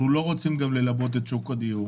אנחנו לא רוצים גם ללבות את שוק הדיור